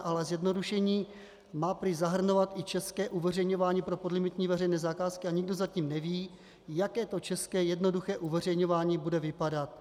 Ale zjednodušení má prý zahrnovat i české uveřejňování pro podlimitní veřejné zakázky a nikdo zatím neví, jak to české jednoduché uveřejňování bude vypadat.